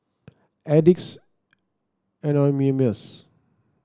Addicts Anonymous